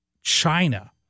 China